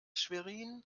schwerin